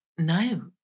no